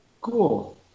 Cool